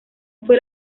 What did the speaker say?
fue